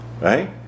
right